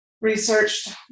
researched